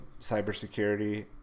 cybersecurity